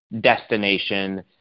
destination